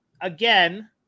again